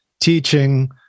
teaching